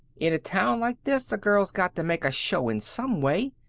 in a town like this a girl's got to make a showin' some way.